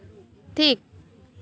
ᱴᱷᱤᱠ